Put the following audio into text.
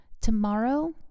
Tomorrow